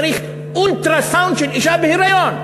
צריך אולטרה-סאונד של אישה בהיריון,